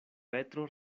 petro